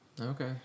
okay